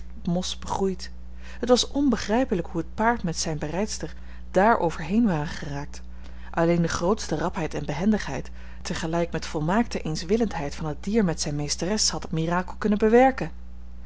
mos begroeid het was onbegrijpelijk hoe het paard met zijne berijdster daar over heen waren geraakt alleen de grootste rapheid en behendigheid tegelijk met volmaakte eenswillendheid van het dier met zijne meesteres had dat mirakel kunnen bewerken